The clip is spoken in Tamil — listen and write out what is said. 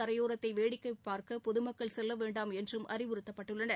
கரையோரத்தைவேடிக்கைபார்க்கபொதுமக்கள் செல்லவேண்டாம் என்றும் ஆற்றின் அறிவுறுத்தப்பட்டுள்ளனர்